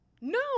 No